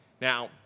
Now